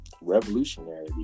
revolutionary